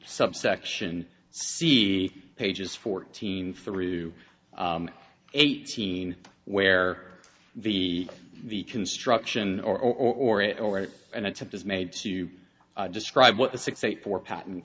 subsection c pages fourteen through eighteen where the the construction or it or an attempt is made to describe what the six eight four pat